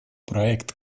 проект